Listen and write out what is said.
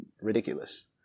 ridiculous